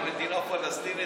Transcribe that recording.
על מדינה פלסטינית,